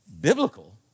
biblical